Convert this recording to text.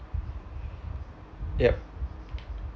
yup